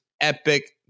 epic